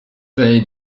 they